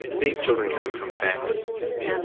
these children come from families,